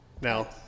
now